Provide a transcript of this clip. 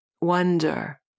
wonder